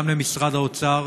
גם למשרד האוצר,